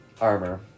armor